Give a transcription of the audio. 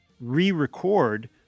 re-record